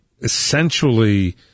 Essentially